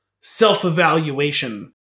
self-evaluation